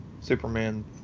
Superman